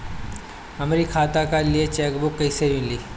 हमरी खाता के लिए चेकबुक कईसे मिली?